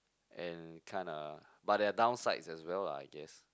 and kinda but there're downsides as well lah I guess